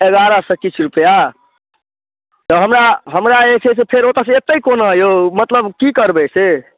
एगारह सए किछु रुपैआ तऽ हमरा हमरा जे छै से फेर ओतऽसँ एतै कोना यौ मतलब की करबै से